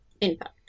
impact